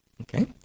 okay